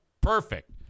perfect